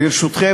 ברשותכם,